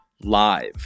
live